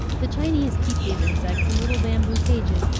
the chinese keep these insects in little bamboo cages,